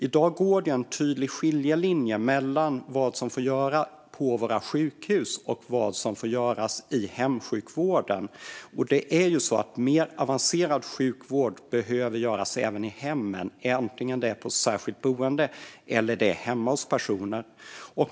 I dag går en tydlig skiljelinje mellan vad som får göras på våra sjukhus och vad som får göras i hemsjukvården. Mer avancerad sjukvård behöver kunna bedrivas även i hemmen, antingen på särskilt boende eller hemma hos personer.